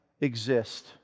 exist